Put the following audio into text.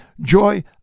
Joy